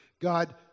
God